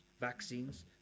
vaccines